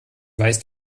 weißt